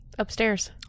Upstairs